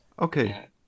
Okay